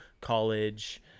college